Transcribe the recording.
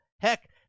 Heck